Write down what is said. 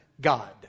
God